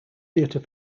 theatre